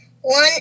One